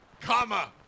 Comma